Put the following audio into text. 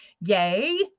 Yay